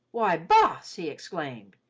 why, boss! he exclaimed,